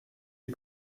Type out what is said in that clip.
die